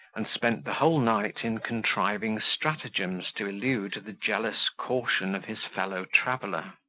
and spent the whole night in contriving stratagems to elude the jealous caution of his fellow-traveller.